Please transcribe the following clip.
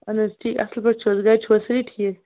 اہن حظ ٹھیٖک اَصٕل پٲٹھۍ چھُو حظ گَرِ چھُو حظ سٲری ٹھیٖک